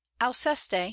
Alceste